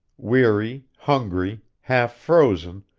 weary, hungry, half-frozen,